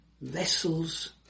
vessels